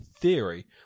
Theory